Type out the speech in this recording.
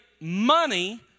money